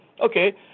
Okay